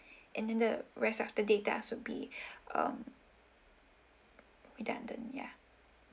and then the rest of the data would be um redundant ya